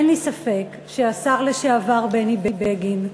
אין לי ספק שהשר לשעבר בני בגין,